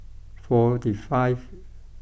forty five